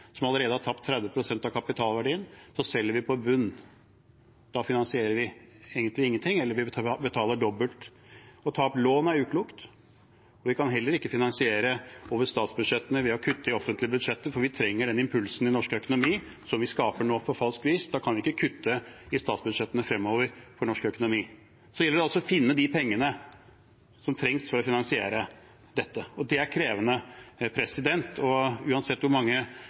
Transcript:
som allerede har tapt 30 pst. av kapitalverdien, så selger vi på bunnen. Da finansierer vi egentlig ingenting, eller vi betaler dobbelt. Å ta opp lån er uklokt, og vi kan heller ikke finansiere over statsbudsjettene ved å kutte i offentlige budsjetter, for vi trenger den impulsen i norsk økonomi som vi nå skaper på falskt vis. Da kan vi ikke kutte i statsbudsjettene fremover, for norsk økonomi. Det gjelder altså å finne de pengene som trengs for å finansiere dette, og det er krevende. Uansett hvor mange